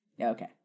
Okay